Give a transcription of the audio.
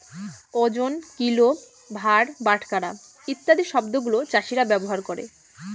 ওজন, কিল, ভার, বাটখারা ইত্যাদি শব্দগুলা চাষীরা ব্যবহার করে